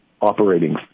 operating